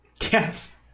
Yes